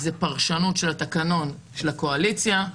זה פרשנות של התקנון על ידי הקואליציה.